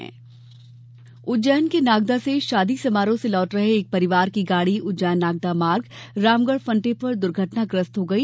सडक हादसा उज्जैन के नागदा से शादी समारोह से लौट रहे एक परिवार की गाड़ी उज्जैन नागदा मार्ग रामगढ़ फंटे पर दूर्घटनाग्रस्त हो गयी